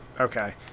Okay